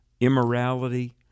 immorality